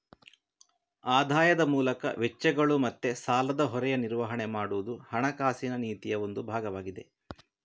ಆದಾಯದ ಮೂಲಕ ವೆಚ್ಚಗಳು ಮತ್ತೆ ಸಾಲದ ಹೊರೆಯ ನಿರ್ವಹಣೆ ಮಾಡುದು ಹಣಕಾಸಿನ ನೀತಿಯ ಒಂದು ಭಾಗವಾಗಿದೆ